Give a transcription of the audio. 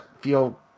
feel